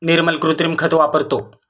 निर्मल कृत्रिम खत वापरतो